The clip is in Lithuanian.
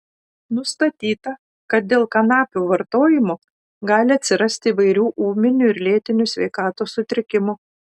nustatyta kad dėl kanapių vartojimo gali atsirasti įvairių ūminių ir lėtinių sveikatos sutrikimų